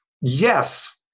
yes